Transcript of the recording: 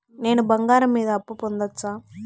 నేను బంగారం మీద అప్పు పొందొచ్చా?